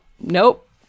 nope